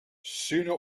sooner